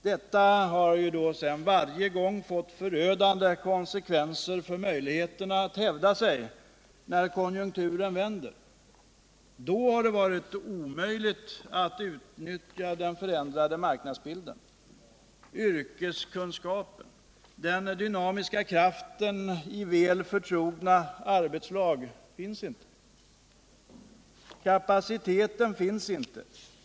Detta har sedan varje gång fått förödande konsekvenser för möjligheterna att hävda sig när konjunkturen vänder. Då har det varit omöjligt att utnyttja den förändrade marknadsbilden. Yrkeskunskapen, den dynamiska kraften i väl förtrogna arbetslag finns inte. Kapaciteten finns inte.